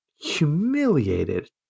humiliated